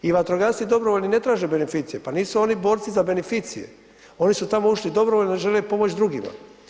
I vatrogasci dobrovoljni ne traže beneficije, pa nisu oni borci za beneficije, oni su tamo ušli dobrovoljno jer žele pomoći drugima.